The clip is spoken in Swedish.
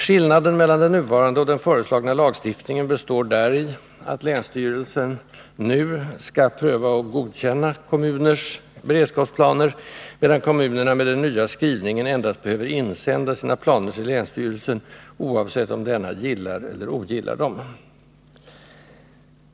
Skillnaden mellan den nuvarande och den föreslagna lagstiftningen består däri att länsstyrelsen nu skall pröva och godkänna kommuners beredskapsplaner, medan kommunerna med den nya skrivningen endast behöver insända sina planer till länsstyrelsen, oavsett om denna gillar eller ogillar dem.